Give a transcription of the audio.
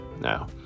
Now